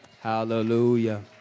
Hallelujah